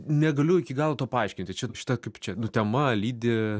negaliu iki galo to paaiškinti čia šita kaip čia nu tema lydi